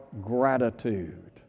gratitude